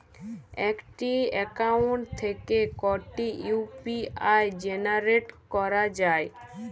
একটি অ্যাকাউন্ট থেকে কটি ইউ.পি.আই জেনারেট করা যায়?